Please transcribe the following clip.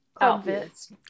outfits